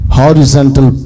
horizontal